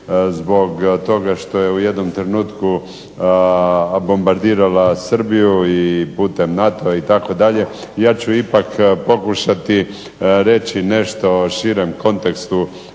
zbog toga što je u jednom trenutku bombardirala Srbiju i putem NATO-a itd. Ja ću ipak pokušati reći nešto o širem kontekstu